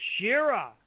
Shira